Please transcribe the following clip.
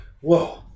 Whoa